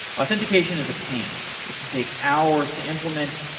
authentication is a pain. it can take hours to implement,